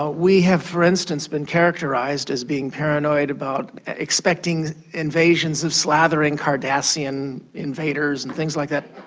ah we have, for instance, been characterised as being paranoid about expecting invasions of slathering cardassian invaders and things like that.